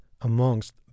amongst